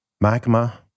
Magma